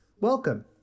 Welcome